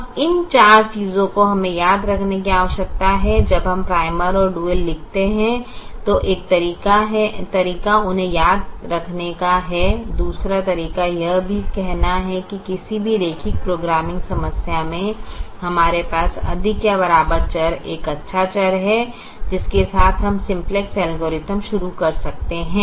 अब इन 4 चीजों को हमें याद रखने की आवश्यकता है जब हम प्राइमल और डुअल लिखते हैं तो एक तरीका उन्हें याद रखने का है दूसरा तरीका यह भी कहना है कि किसी भी रैखिक प्रोग्रामिंग समस्या में हमारे पास अधिक या बराबर चर एक अच्छा चर है जिसके साथ हम सिम्प्लेक्स एल्गोरिथ्म शुरू कर सकते हैं